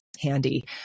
handy